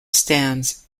stands